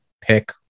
pick